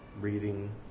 reading